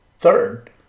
Third